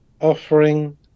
offering